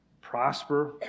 prosper